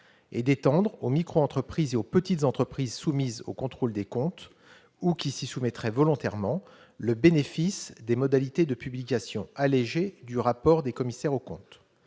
que d'étendre aux micro-entreprises et aux petites entreprises qui sont soumises au contrôle des comptes, ou qui s'y soumettraient volontairement, le bénéfice des modalités de publication allégée du rapport des commissaires aux comptes.